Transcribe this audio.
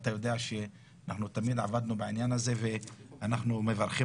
אתה יודע שאנחנו תמיד עבדנו בעניין הזה ואנחנו מברכים